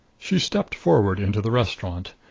she stepped forward into the restaurant.